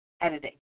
editing